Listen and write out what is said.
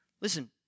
Listen